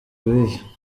ibihe